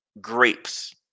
grapes